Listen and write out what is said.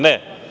Ne.